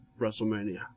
WrestleMania